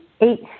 eight